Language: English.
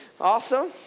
Awesome